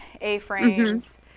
A-frames